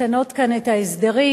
לשנות כאן את ההסדרים.